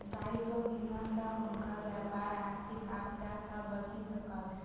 दायित्व बीमा सॅ हुनकर व्यापार आर्थिक आपदा सॅ बचि सकल